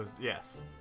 Yes